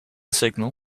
signal